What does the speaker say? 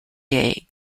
day